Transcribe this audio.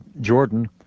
Jordan